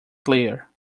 clear